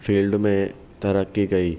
field में तरक़ी कई